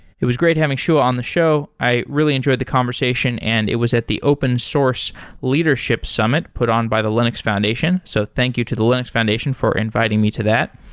it was great having shuah on the show. i really enjoyed the conversation conversation and it was at the open source leadership summit put on by the linux foundation. so thank you to the linux foundation for inviting me to that.